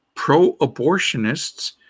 Pro-abortionists